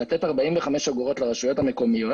לתת 45 אגורות לרשויות המקומיות